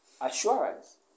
assurance